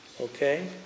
Okay